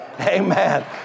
Amen